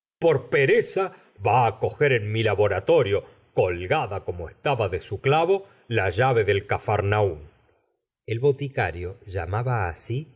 por pereza va á coger en mi laboratorio colgada como estaba de su clavo la llave del capharnattn el boticario llamaba asi